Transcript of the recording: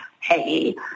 hey